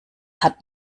hat